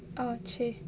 oh !chey!